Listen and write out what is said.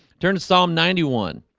turn to psalm ninety one